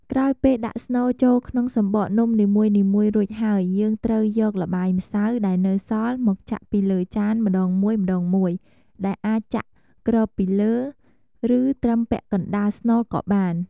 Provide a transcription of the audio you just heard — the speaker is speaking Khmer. ក្រោយពេលដាក់ស្នូលចូលក្នុងសំបកនំនីមួយៗរួចហើយ យើងត្រូវយកល្បាយម្សៅដែលនៅសល់មកចាក់ពីលើចានម្ដងមួយៗ ដែលអាចចាក់គ្របពីលើ ឬត្រឹមពាក់កណ្ដាលស្នូលក៏បាន។